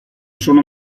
sono